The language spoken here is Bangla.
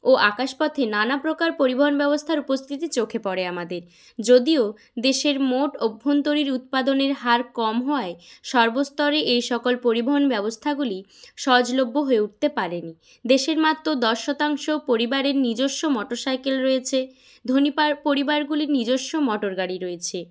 ও আকাশপথে নানা প্রকার পরিবহন ব্যবস্থার উপস্থিতি চোখে পড়ে আমাদের যদিও দেশের মোট অভ্যন্তরীর উৎপাদনের হার কম হওয়ায় সর্বস্তরে এই সকল পরিবহন ব্যবস্থাগুলি সহজলভ্য হয়ে উঠতে পারে নি দেশের মাত্র দশ শতাংশ পরিবারের নিজেস্ব মটরসাইকেল রয়েছে ধনী পার পরিবারগুলির নিজস্ব মটরগাড়ি রয়েছে